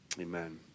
Amen